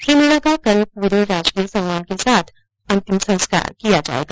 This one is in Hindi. श्री मीना का कल पूरे राजकीय सम्मान के साथ अंतिम संस्कार किया जाएगा